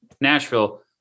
Nashville